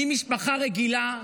ממשפחה רגילה,